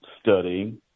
studying